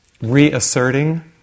reasserting